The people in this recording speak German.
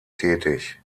tätig